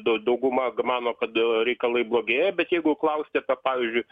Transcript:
da dauguma mano kad reikalai blogėja bet jeigu klausti apie pavyzdžiui